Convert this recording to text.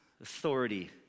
Authority